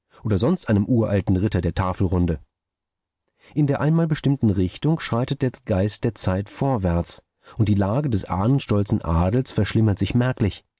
oder sonst einem uralten ritter der tafelrunde in der einmal bestimmten richtung schreitet der geist der zeit vorwärts und die lage des ahnenstolzen adels verschlimmert sich merklich